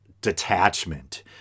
detachment